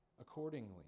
accordingly